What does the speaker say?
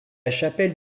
chapelle